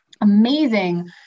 amazing